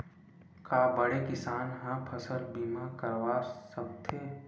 का बड़े किसान ह फसल बीमा करवा सकथे?